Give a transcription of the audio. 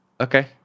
Okay